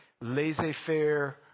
laissez-faire